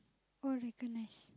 all recognised